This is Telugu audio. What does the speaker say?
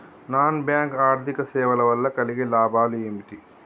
నాన్ బ్యాంక్ ఆర్థిక సేవల వల్ల కలిగే లాభాలు ఏమిటి?